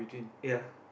ya